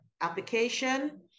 application